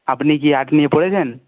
আপনি কি আর্ট নিয়ে পড়েছেন